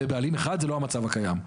לבעלים אחד זה לא המצב הקיים.